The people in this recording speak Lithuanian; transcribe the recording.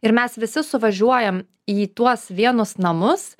ir mes visi suvažiuojam į tuos vienus namus